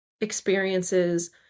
experiences